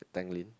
the Tanglin